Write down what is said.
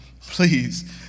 please